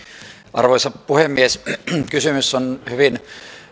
arvoisa puhemies kysymys on hyvin